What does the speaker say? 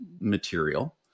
material